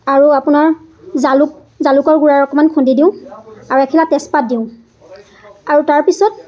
আৰু আপোনাৰ জালুক জালুকৰ গুড়া অকমান খুন্দি দিওঁ আৰু এখিলা তেজপাত দিওঁ আৰু তাৰপিছত